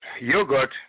yogurt